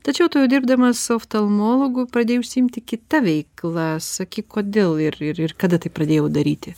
tačiau dirbdamas oftalmologu pradėjau užsiimti kita veikla sakyk kodėl ir ir ir kada tai pradėjai jau daryti